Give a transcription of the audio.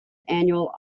annual